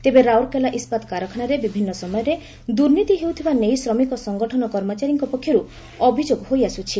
ତେବେ ରାଉରକେଲା ଇସ୍ଚାତ କାରଖାନାରେ ବିଭିନ୍ନ ସମୟରେ ଦୁର୍ନୀତି ହେଉଥିବା ନେଇ ଶ୍ରମିକ ସଙ୍ଗଠନ କର୍ମଚାରୀଙ୍କ ପକ୍ଷରୁ ଅଭିଯୋଗ ହୋଇଆସୁଛି